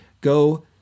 go